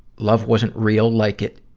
love wasn't real, like it,